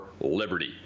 liberty